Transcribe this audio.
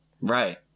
Right